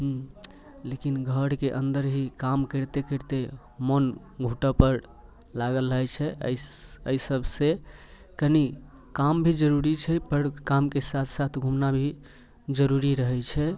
हूँ लेकिन घरके अन्दर ही काम करिते करिते मोन घुटऽपर लागल रहै छै अइस अइ सभसँ कनि काम भी जरूरी छैपर कामके साथ साथ घूमना भी जरूरी रहै छै